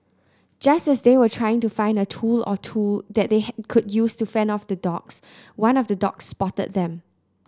just as they were trying to find a tool or two that they could use to fend off the dogs one of the dogs spotted them